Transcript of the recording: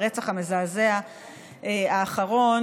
ברצח המזעזע האחרון,